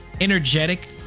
energetic